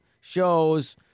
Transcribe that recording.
shows